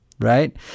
Right